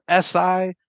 SI